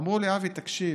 הם אמרו לי: אבי, תקשיב,